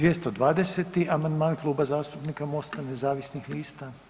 220. amandman Kluba zastupnika MOST-a nezavisnih lista.